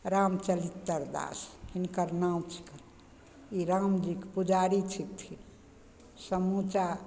रामचरित्र दास हिनकर नाम छनि ई रामजीके पुजारी छथिन समुचा